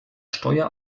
steuer